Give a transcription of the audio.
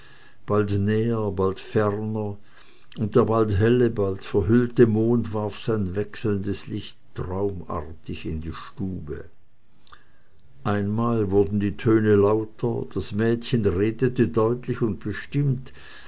bald näher bald ferner und der bald helle bald verhüllte mond warf sein wechselndes licht traumartig in die stube einmal wurden die töne lauter das mädchen redete deutlich und bestimmt